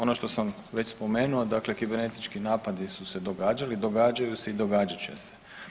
Ono što sam već spomenuo dakle kibernetički napadi su se događali, događaju se i događat će se.